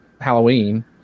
Halloween